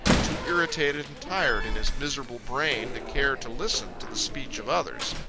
too irritated and tired in his miserable brain to care to listen to the speech of others.